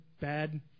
bad